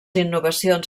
innovacions